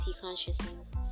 consciousness